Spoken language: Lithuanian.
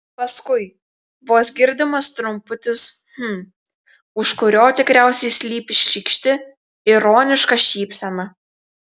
paskui vos girdimas trumputis hm už kurio tikriausiai slypi šykšti ironiška šypsena